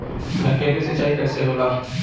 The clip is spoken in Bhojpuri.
ढकेलु सिंचाई कैसे होला?